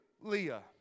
Leah